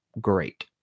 great